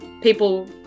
people